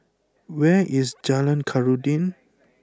where is Jalan Khairuddin